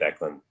Declan